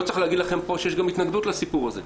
לא צריך להגיד לכם פה שיש גם התנגדות לסיפור הזה.